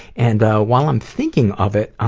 and while i'm thinking of it,